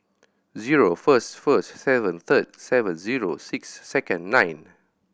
zero first first seventh third seventh zero sixth second ninth